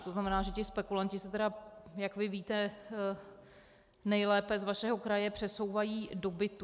To znamená, že ti spekulanti se tedy, jak vy víte nejlépe z vašeho kraje, přesouvají do bytů.